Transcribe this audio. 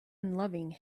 unloving